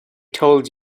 told